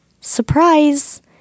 Surprise